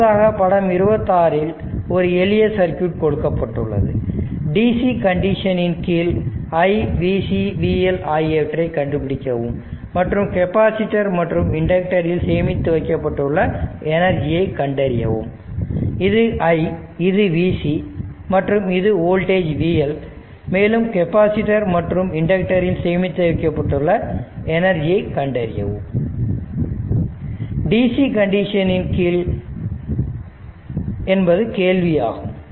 அடுத்ததாக படம் 26இல் ஒரு எளிய சர்க்யூட் கொடுக்கப்பட்டுள்ளது dc கண்டிஷன் இன் கீழ் IVcVL ஆகியவற்றை கண்டுபிடிக்கவும் மற்றும் கெப்பாசிட்டர் மற்றும் இண்டக்டரில் சேமித்து வைக்கப்பட்டுள்ள எனர்ஜியை கண்டறியவும் இது i இது Vc மற்றும் இது வோல்டேஜ் VL மேலும் கெப்பாசிட்டர் மற்றும் இண்டக்டரில் சேமித்து வைக்கப்பட்டுள்ள எனர்ஜியை கண்டறியவும் dc கண்டிஷன் இன் கீழ் என்பது கேள்வியாகும்